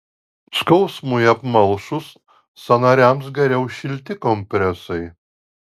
skausmui apmalšus sąnariams geriau šilti kompresai